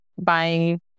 buying